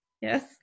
Yes